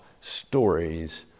stories